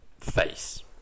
face